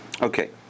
Okay